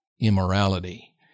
immorality